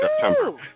September